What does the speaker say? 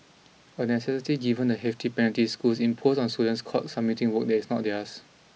a necessity given the hefty penalties schools impose on students caught submitting work that is not theirs